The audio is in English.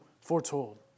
foretold